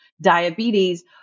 Diabetes